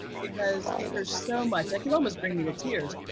because there's so much that can almost bring you to tears.